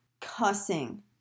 cussing